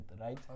right